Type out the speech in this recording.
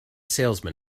salesman